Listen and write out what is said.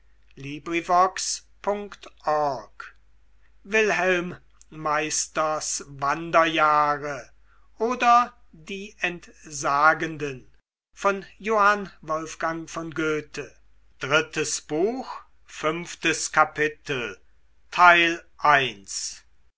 wilhelm meisters wanderjahre oder die entsagenden